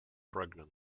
pregnant